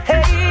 Hey